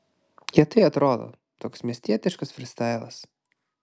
kietai atrodo toks miestietiškas frystailas